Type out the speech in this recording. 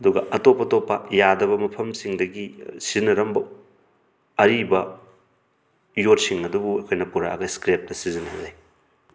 ꯑꯗꯨꯒ ꯑꯇꯣꯞ ꯑꯇꯣꯞꯄ ꯌꯥꯗꯕ ꯃꯐꯝꯁꯤꯡꯗꯒꯤ ꯁꯤꯖꯤꯟꯔꯝꯕ ꯑꯔꯤꯕ ꯌꯣꯠꯁꯤꯡ ꯑꯗꯨꯕꯨ ꯑꯩꯈꯣꯏꯅ ꯄꯨꯔꯛꯑꯒ ꯏꯁꯀ꯭ꯔꯦꯞꯇ ꯁꯤꯖꯤꯟꯅꯍꯜꯂꯤ